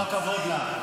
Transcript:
כל הכבוד לה.